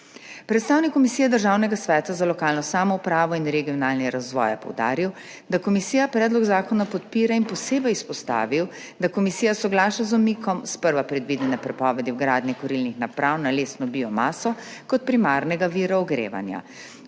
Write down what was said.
Predstavnik Komisije Državnega sveta za lokalno samoupravo in regionalni razvoj je poudaril, da komisija predlog zakona podpira, in posebej izpostavil, da komisija soglaša z umikom sprva predvidene prepovedi vgradnje kurilnih naprav na lesno biomaso kot primarnega vira ogrevanja.